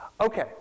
Okay